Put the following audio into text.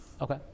Okay